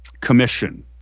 commission